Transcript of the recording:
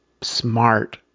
smart